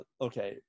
okay